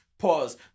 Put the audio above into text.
Pause